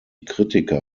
kritiker